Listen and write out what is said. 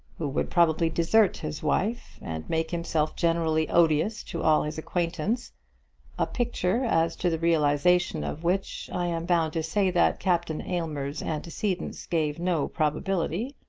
who would probably desert his wife, and make himself generally odious to all his acquaintance a picture as to the realisation of which i am bound to say that captain aylmer's antecedents gave no probability.